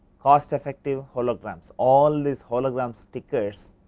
cost effective holograms all this holograms stickers,